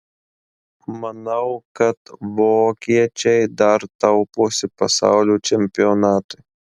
manau kad vokiečiai dar tauposi pasaulio čempionatui